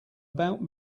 about